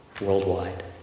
worldwide